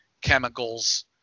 chemicals